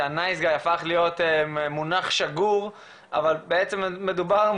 שה"נייס גאי" הפך להיות מונח שגור אבל בעצם מדובר על